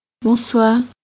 Bonsoir